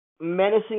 menacing